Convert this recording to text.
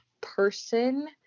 person